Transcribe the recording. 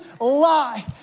lie